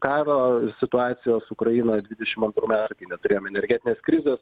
karo situacijos ukrainoj dvidešim antrų metų kai neturėjom energetinės krizės